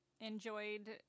enjoyed